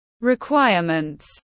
Requirements